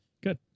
good